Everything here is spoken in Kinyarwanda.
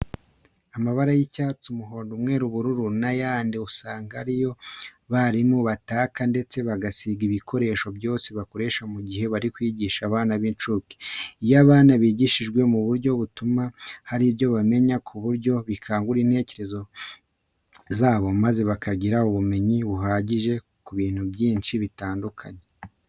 Amabara y'icyatsi, umuhondo, umweru, ubururu n'ayandi usanga ari yo abarimu bataka ndetse bagasiga ibikoresho byose bakoresha igihe bari kwigisha abana b'incuke. Iyo abana bigishijwe muri ubu buryo bituma hari ibyo bamenya ku buryo bikangura intekerezo zabo maze bakagira ubumenyi buhagije ku bintu byinshi bitandukanye.